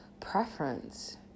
preference